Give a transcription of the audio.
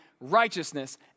righteousness